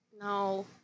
no